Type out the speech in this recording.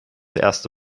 erste